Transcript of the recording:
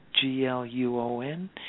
G-L-U-O-N